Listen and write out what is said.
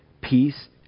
peace